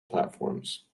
platforms